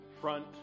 front